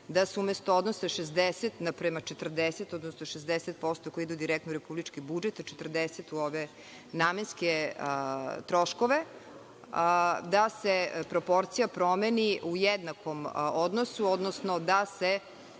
da se umesto odnosa 60 naprema 40, odnosno 60% koje idu direktno u republički budžet, a 40% u ove namenske troškove, da se proporcija promeni u jednakom odnosu, odnosno da se